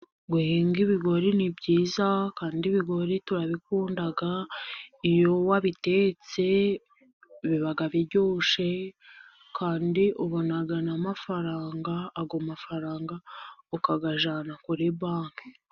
Guhinga ibigori ni byiza, kandi ibigori turabikunda, iyo wabitetse, biba biryoshye, kandi ubona n'amafaranga, ayo mafaranga ukayajyana kuri banki.